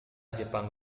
jepang